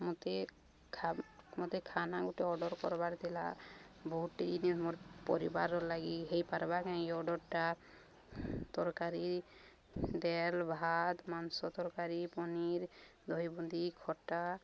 ମୋତେ ମୋତେ ଖାନା ଗୋଟେ ଅର୍ଡ଼ର୍ କର୍ବାର୍ ଥିଲା ବହୁଟିନ୍ ମୋର୍ ପରିବାରର ଲାଗି ହେଇପାର୍ବା କାଁ ଏଇ ଅର୍ଡ଼ର୍ଟା ତରକାରୀ ଡ଼େଲ୍ ଭାତ ମାଂସ ତରକାରୀ ପନିର୍ ଦହି ବୁନ୍ଦି ଖଟା